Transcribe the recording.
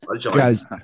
guys